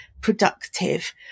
productive